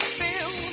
feel